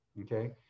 Okay